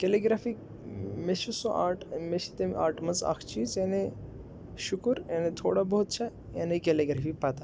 calligraphy مےٚ چھُ سُہ آٹ مےٚ چھِ تَمہِ آٹ منٛز اَکھ چیٖز یعنی شُکُر یعنی تھوڑا بہت چھِ یعنی کیلیٖگرٛافی پتہ